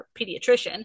pediatrician